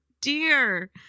dear